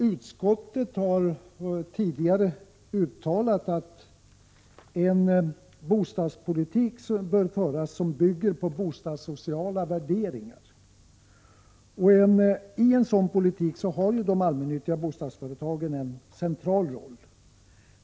Utskottet har tidigare uttalat att i en bostadspolitik som bygger på bostadssociala värderingar har de allmännyttiga bostadsföretagen en central roll.